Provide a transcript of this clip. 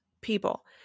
people